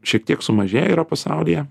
šiek tiek sumažėję yra pasaulyje